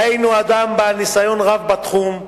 דהיינו אדם בעל ניסיון רב בתחום.